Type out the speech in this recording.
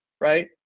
right